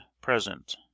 present